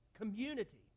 community